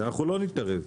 ולא נתערב.